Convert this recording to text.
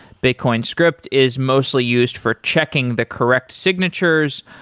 bitcoin script is mostly used for checking the correct signatures,